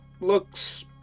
looks